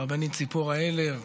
הרבנית ציפורה הלר,